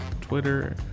Twitter